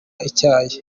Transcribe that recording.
icyayi